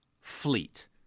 Fleet